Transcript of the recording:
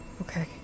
Okay